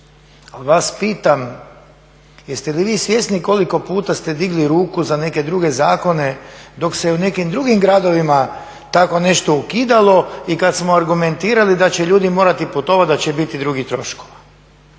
Ali vas pitam jeste li vi svjesni koliko puta ste digli ruku za neke druge zakone dok se u nekim drugim gradovima tako nešto ukidalo i kad smo argumentirali da će ljudi morati putovati, da će biti drugih troškova.